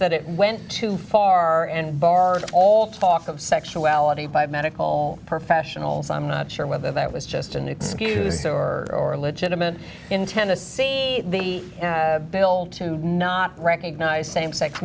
that it went too far and bar all talk of sexuality by medical professionals i'm not sure whether that was just an excuse or illegitimate intent to see the bill to not recognize same sex